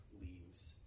leaves